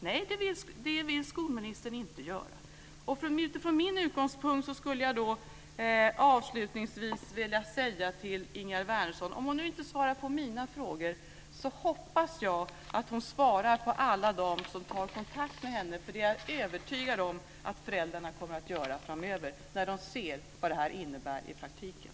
Nej, det vill skolministern inte göra. Från min utgångspunkt skulle jag avslutningsvis vilja säga till Ingegerd Wärnersson att om hon nu inte svarar på mina frågor så hoppas jag att hon svarar alla dem som tar kontakt med henne - för det är jag övertygad om att föräldrarna kommer att göra framöver när de ser vad detta innebär i praktiken.